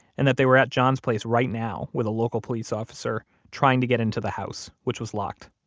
and that they were at john's place right now with a local police officer trying to get into the house, which was locked.